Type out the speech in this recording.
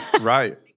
Right